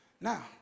Now